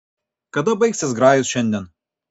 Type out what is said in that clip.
kada baigsis grajus šiandien